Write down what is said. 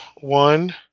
one